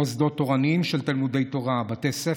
מוסדות תורניים של תלמודי תורה, בתי ספר,